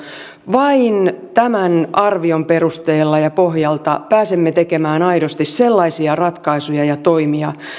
vain tämän arvion perusteella ja pohjalta pääsemme tekemään aidosti sellaisia ratkaisuja ja toimia